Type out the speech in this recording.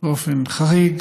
באופן חריג.